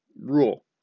rule